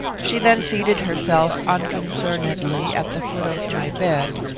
she then seated herself unconcernedly at the foot of my bed,